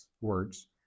words